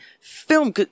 film